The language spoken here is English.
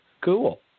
Cool